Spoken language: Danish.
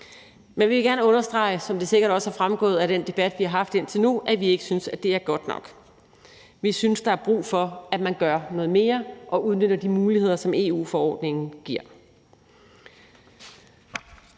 Men vi vil gerne understrege, som det sikkert også er fremgået af den debat, vi har haft indtil nu, at vi ikke synes, at det er godt nok. Vi synes, at der er brug for, at vi gør noget mere og udnytter de muligheder, som EU-forordningen giver.